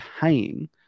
paying